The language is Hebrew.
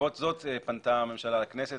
בעקבות זאת פנתה הממשלה לכנסת